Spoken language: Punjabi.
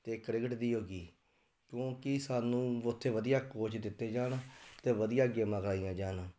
ਅਤੇ ਕ੍ਰਿਕਟ ਦੀ ਹੋ ਗਈ ਕਿਉਂਕਿ ਸਾਨੂੰ ਉੱਥੇ ਵਧੀਆ ਕੋਚ ਦਿੱਤੇ ਜਾਣ ਅਤੇ ਵਧੀਆ ਗੇਮਾਂ ਕਰਵਾਈਆਂ ਜਾਣ